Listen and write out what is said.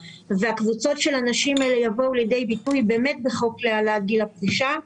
והקבוצות של הנשים האלה יבואו לידי ביטוי באמת בחוק להעלאת גיל הפרישה.